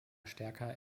stärker